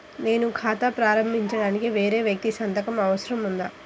నేను ఖాతా ప్రారంభించటానికి వేరే వ్యక్తి సంతకం అవసరం ఉందా?